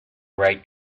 right